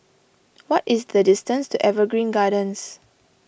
what is the distance to Evergreen Gardens